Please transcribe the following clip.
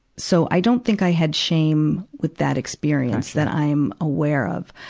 so i don't think i had shame with that experience that i am aware of.